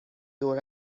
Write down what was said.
دور